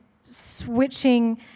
switching